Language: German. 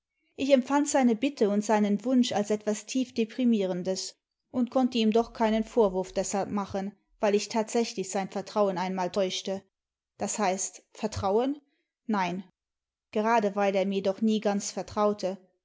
ich empfand seine bitte und seinen wunsch als etwas tief deprimierendes und konnte ihm doch keinen vorwurf deshalb machen weil ich tatsächlich sein vertrauen einmal täuschte das heißt vertrauen nein gerade weil er mir doch nie ganz vertraute